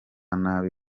nabi